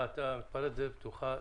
אתה מתפרץ לדלת פתוחה.